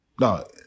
No